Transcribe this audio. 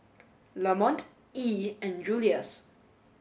Lamont Yee and Juluis